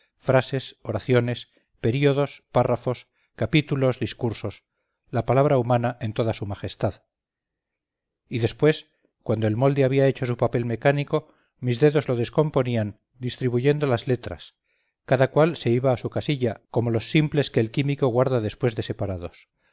frases oraciones períodos párrafos capítulos discursos la palabra humana en toda su majestad y después cuando el molde había hecho su papel mecánico mis dedos lo descomponían distribuyendo las letras cada cual se iba a su casilla como los simples que el químico guarda después de separados